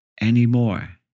anymore